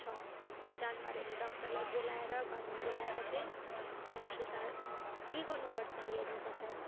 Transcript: छ जनावर हेर्ने डाक्टरलाई बोलाएर घरमा बोलाएर चाहिँ स्याहार सुसार के गर्नु पर्छ हेर्नु पर्छ